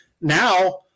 Now